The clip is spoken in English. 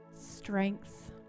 strength